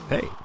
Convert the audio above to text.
Hey